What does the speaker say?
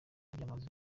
byamaze